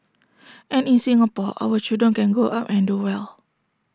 and in Singapore our children can grow up and do well